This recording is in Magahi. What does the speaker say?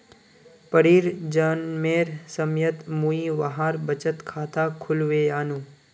परीर जन्मेर समयत मुई वहार बचत खाता खुलवैयानु